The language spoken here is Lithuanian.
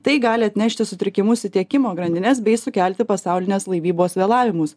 tai gali atnešti sutrikimus į tiekimo grandines bei sukelti pasaulinės laivybos vėlavimus